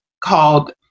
called